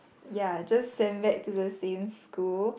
ya just send back to the same school